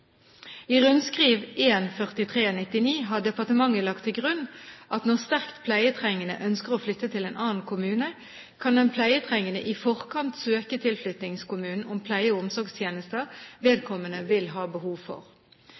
I rundskriv I-43/99 har departementet lagt til grunn at når sterkt pleietrengende ønsker å flytte til en annen kommune, kan den pleietrengende i forkant søke tilflyttingskommunen om pleie- og omsorgstjenester vedkommende vil ha behov for.